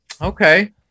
Okay